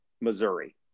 Missouri